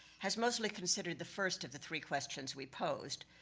has mostly considered the first of the three questions we posed,